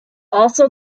also